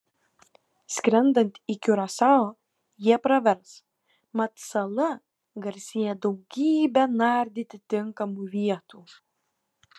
skrendant į kiurasao jie pravers mat sala garsėja daugybe nardyti tinkamų vietų